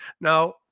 Now